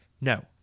No